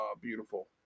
beautiful